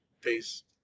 Peace